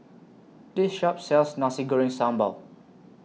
This Shop sells Nasi Sambal Goreng